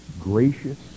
gracious